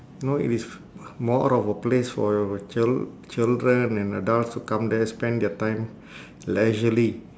know if it's f~ more of a place for chil~ children and adults who come there spend their time leisurely